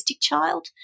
child